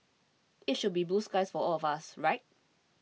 it should be blue skies for all of us right